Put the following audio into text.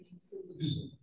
solutions